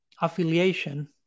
affiliation